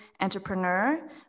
entrepreneur